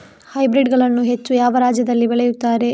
Hybrid ಗಳನ್ನು ಹೆಚ್ಚು ಯಾವ ರಾಜ್ಯದಲ್ಲಿ ಬೆಳೆಯುತ್ತಾರೆ?